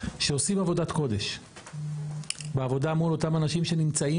שעושים עבודת קודש בעבודה מול אותם אנשים שנמצאים